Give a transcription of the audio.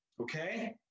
Okay